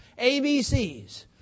ABCs